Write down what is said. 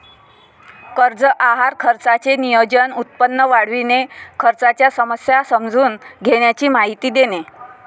कर्ज आहार खर्चाचे नियोजन, उत्पन्न वाढविणे, खर्चाच्या समस्या समजून घेण्याची माहिती देणे